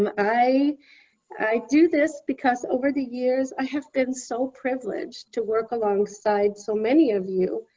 um i i do this because over the years i have been so privileged to work alongside so many of you.